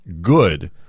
good